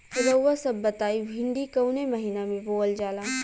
रउआ सभ बताई भिंडी कवने महीना में बोवल जाला?